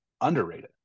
underrated